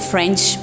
French